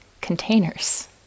containers